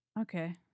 Okay